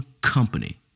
company